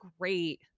great